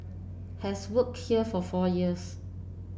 has work here for four years